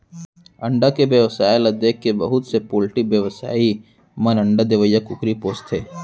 अंडा के मांग ल देखके बहुत से पोल्टी बेवसायी मन अंडा देवइया कुकरी पोसथें